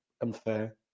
Unfair